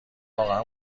واقعا